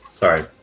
Sorry